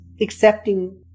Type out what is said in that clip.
accepting